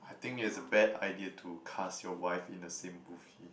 I think it's a bad idea to cast your wife in the same movie